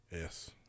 Yes